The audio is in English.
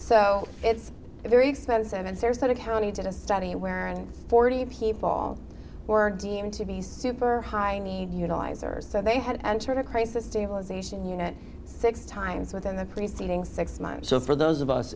so it's very expensive and sarasota county did a study where forty people were deemed to be super high need utilizers so they had entered a crisis stabilization unit six times within the preceding six months so for those of us